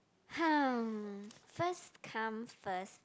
first come first